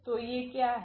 तो ये क्या हैं